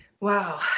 Wow